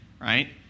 right